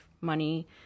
money